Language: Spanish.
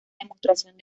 demostración